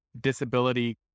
disability